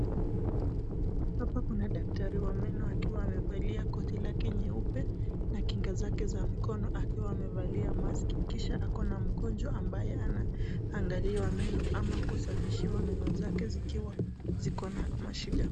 Hapa kuna daktari wa meno akiwa amevalia koti lake nyeupe na kinga zake za mikono akiwa amevalia mask kisha akona mgonjwa ambaye anaangaliwa meno ama kusafishiwa meno zake zikiwa zikona mashida.